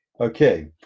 Okay